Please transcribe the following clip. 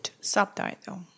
Subtitle